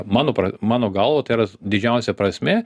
mano pra mano galva tai yra didžiausia prasmė